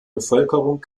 bevölkerung